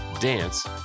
dance